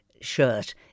shirt